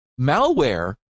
malware